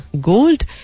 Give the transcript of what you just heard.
gold